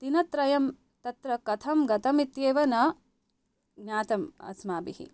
दिनत्रयं तत्र कथं गतमित्येव न ज्ञातम् अस्माभिः